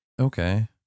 Okay